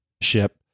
ship